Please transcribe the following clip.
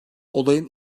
olayın